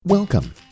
Welcome